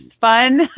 fun